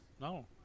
No